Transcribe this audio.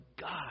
God